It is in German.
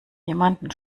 jemanden